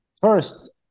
First